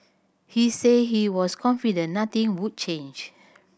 he said he was confident nothing would change